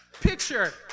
Picture